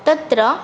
तत्र